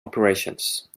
operations